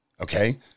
okay